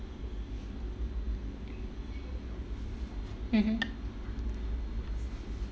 mmhmm